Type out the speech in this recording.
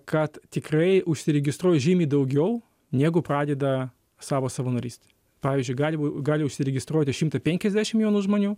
kad tikrai užsiregistruoja žymiai daugiau negu pradeda savo savanorystę pavyzdžiui galima gali užsiregistruoti šimtą penkiasdešimt jaunų žmonių